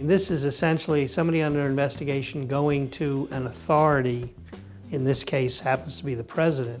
this is essentially somebody under investigation going to an authority in this case, happens to be the president